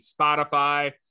Spotify